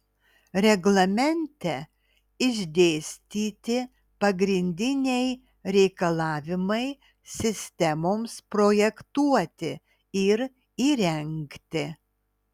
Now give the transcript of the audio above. reglamente išdėstyti pagrindiniai reikalavimai sistemoms projektuoti ir įrengti